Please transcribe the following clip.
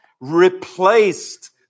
replaced